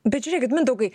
bet žiūrėkit mindaugai